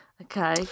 Okay